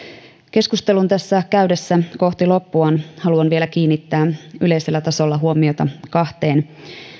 keskustelun tässä käydessä kohti loppuaan haluan vielä kiinnittää yleisellä tasolla huomiota kahteen